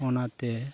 ᱚᱱᱟᱛᱮ